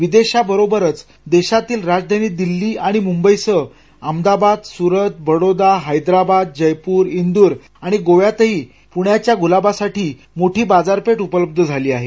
परदेशाबरोबरच देशात राजधानी दिल्ली आणि मुंबईसह अहमदाबाद सुरत बडोदा हस्त्राबाद जयपूर दूर आणि गोव्यातही पुण्याच्या गुलाबांसाठी मोठी बाजारपेठ उपलब्ध झाली आहे